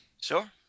Sure